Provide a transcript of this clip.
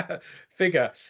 figure